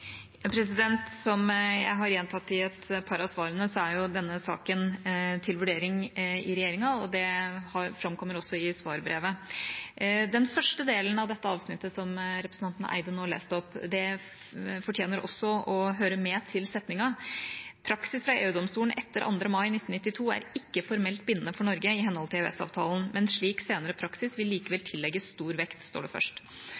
Som jeg har gjentatt i et par av svarene, er denne saken til vurdering i regjeringa, og det framkommer også i svarbrevet. Den første delen av det avsnittet som representanten Eide nå leste opp, fortjener også å høre med til setningen: «Praksis fra EU-domstolen etter 2. mai 1992 er ikke formelt bindende for Norge i henhold til EØS-avtalen, men slik senere praksis vil likevel tillegges stor vekt.» Det står først